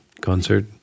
concert